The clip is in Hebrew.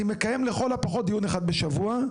אני מקיים לכל הפחות דיון אחד בשבוע,